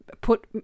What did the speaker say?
put